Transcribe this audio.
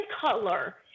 color